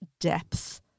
depth